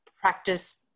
practice